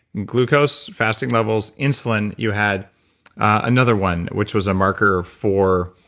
glucose-fasting levels, insulin, you had another one, which was a marker for